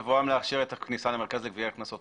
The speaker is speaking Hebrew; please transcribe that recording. בבואם להכשיר את הכניסה למרכז לגביית קנסות או לא.